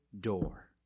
door